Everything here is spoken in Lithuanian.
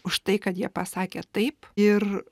už tai kad jie pasakė taip ir